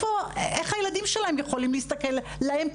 איך הילדים שלהם יכולים להסתכל להם,